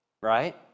right